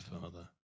Father